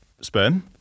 sperm